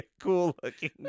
cool-looking